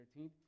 13th